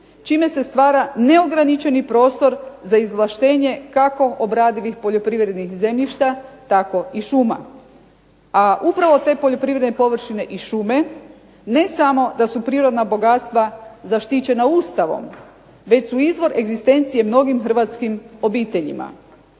čime se stvara neograničeni prostor za izvlaštenje kako obradivih poljoprivrednih zemljišta tako i šuma. A upravo te poljoprivredne površine i šume ne samo da su prirodna bogatstva zaštićena Ustavom već su izvor egzistencije mnogim hrvatskim obiteljima.